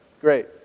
great